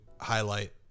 highlight